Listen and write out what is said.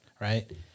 right